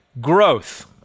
growth